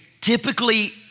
typically